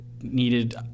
needed